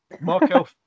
Markel